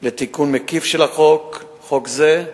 לתיקון מקיף של חוק זה,